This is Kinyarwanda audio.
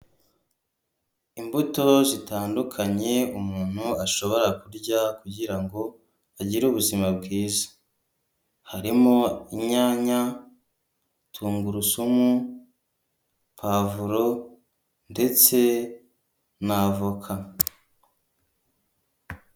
Imbuto zitandukanye umuntu ashobora kurya kugira ngo agire ubuzima bwiza harimo imyanya, tungurusumu, pavuro ndetse na avoka.